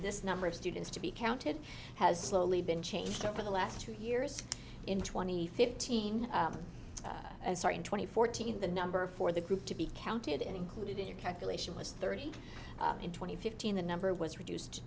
this number of students to be counted has slowly been changed over the last two years in twenty fifteen starting twenty fourteen the number for the group to be counted included in your calculation was thirty and twenty fifteen the number was reduced to